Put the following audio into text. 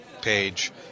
page